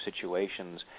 situations